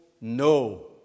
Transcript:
no